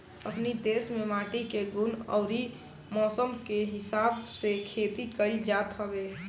अपनी देस में माटी के गुण अउरी मौसम के हिसाब से खेती कइल जात हवे